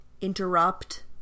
interrupt